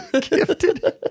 Gifted